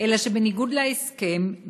אלא שבניגוד להסכם,